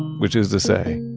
which is to say,